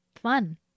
Fun